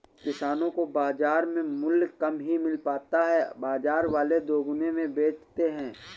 किसानो को बाजार में मूल्य कम ही मिल पाता है बाजार वाले दुगुने में बेचते है